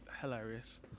hilarious